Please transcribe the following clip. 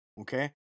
Okay